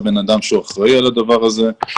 הוא הבן אדם שאחראי על הדבר הזה.